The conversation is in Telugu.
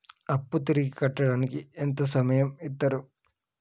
అప్పు తిరిగి కట్టడానికి ఎంత సమయం ఇత్తరు?